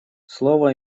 слово